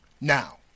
Now